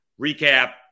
recap